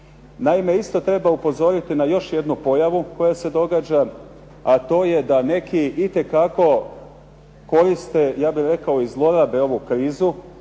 Naime, isto treba upozoriti na još jednu pojavu koja se događa a to je da neki itekako koriste ja bih rekao i zlorabe ovu krizu